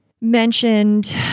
mentioned